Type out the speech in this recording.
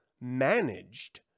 managed